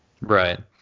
right